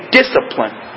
discipline